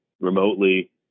remotely